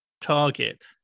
target